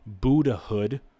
Buddhahood